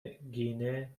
گینه